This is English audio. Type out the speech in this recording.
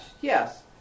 Yes